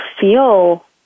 feel